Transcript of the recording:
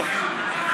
אוקיי.